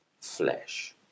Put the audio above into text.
flesh